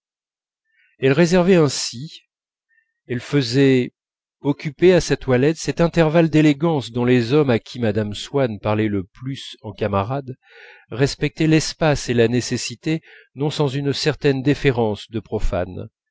elle réservait ainsi elle faisait occuper à sa toilette cet intervalle d'élégance dont les hommes à qui mme swann parlait le plus en camarade respectaient l'espace et la nécessité non sans une certaine déférence de profanes